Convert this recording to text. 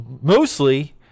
mostly